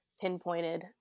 pinpointed